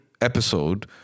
episode